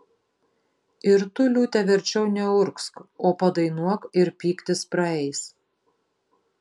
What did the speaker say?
ir tu liūte verčiau neurgzk o padainuok ir pyktis praeis